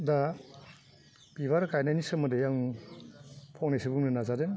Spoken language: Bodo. दा बिबार गायनायनि सोमोन्दै आं फंनैसो बुंनो नाजादों